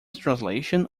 translation